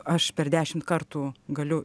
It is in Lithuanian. aš per dešimt kartų galiu